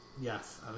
Yes